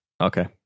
Okay